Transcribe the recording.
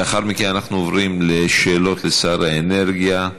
לאחר מכן אנחנו עוברים לשאילתות לשר האנרגיה.